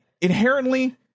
inherently